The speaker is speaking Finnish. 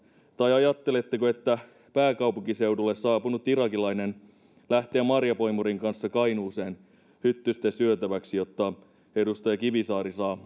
tai ajatteletteko että pääkaupunkiseudulle saapunut irakilainen lähtee marjapoimurin kanssa kainuuseen hyttysten syötäväksi jotta edustaja kivisaari saa